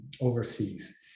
overseas